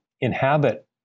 inhabit